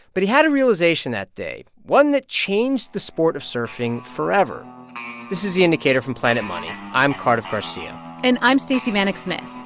but he had a realization that day, one that changed the sport of surfing forever this is the indicator from planet money. i'm cardiff garcia and i'm stacey vanek smith.